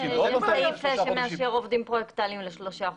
ואחר כך עוד פעם תאריך לשלושה חודשים.